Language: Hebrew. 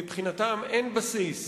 ומבחינתם אין בסיס